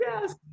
yes